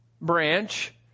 branch